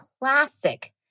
classic